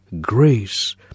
grace